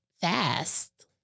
fast